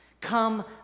Come